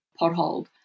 pothole